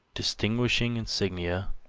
distinguishing insignia,